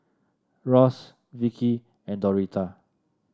Ross Vicky and Doretha